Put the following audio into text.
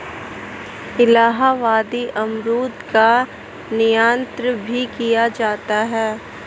इलाहाबादी अमरूद का निर्यात भी किया जाता है